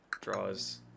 Draws